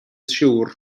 siŵr